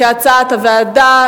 כהצעת הוועדה,